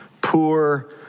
poor